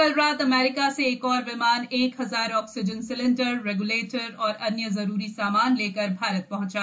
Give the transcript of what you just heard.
कल रात अमरीका से एक और विमान एक हज़ार ऑक्सीजन सिलेंडरए रेग्यूलेटर और अन्य ज़रुरी सामान लेकर भारत पहंचा